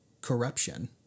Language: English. corruption